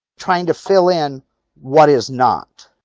try and to fill in what is not.